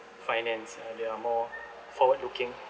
finance uh they are more forward looking